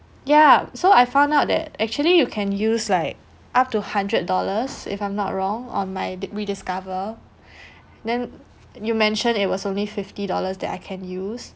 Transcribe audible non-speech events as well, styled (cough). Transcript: ya so I found out that actually you can use like up to hundred dollars if I'm not wrong on my di~ rediscover (breath) then you mentioned it was only fifty dollars that I can use